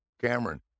Cameron